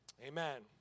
Amen